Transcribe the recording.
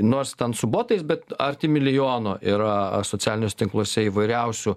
nors ten su botais bet arti milijono yra socialiniuos tinkluose įvairiausių